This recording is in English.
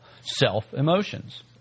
Self-emotions